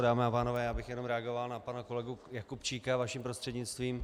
Dámy a pánové, já bych jenom reagoval na pana kolegu Jakubčíka, vaším prostřednictvím.